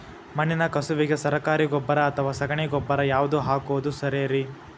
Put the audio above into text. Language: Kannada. ಮಣ್ಣಿನ ಕಸುವಿಗೆ ಸರಕಾರಿ ಗೊಬ್ಬರ ಅಥವಾ ಸಗಣಿ ಗೊಬ್ಬರ ಯಾವ್ದು ಹಾಕೋದು ಸರೇರಿ?